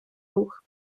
рух